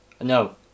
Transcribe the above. No